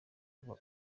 kuva